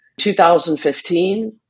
2015